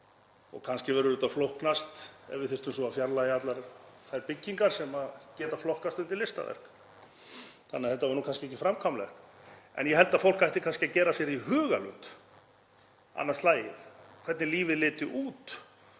Kannski verður þetta flóknast ef við þyrftum að fjarlægja allar þær byggingar sem geta flokkast undir listaverk þannig að þetta væri kannski ekki framkvæmanlegt. En ég held að fólk ætti kannski að gera sér í hugarlund annað slagið hvernig lífið liti út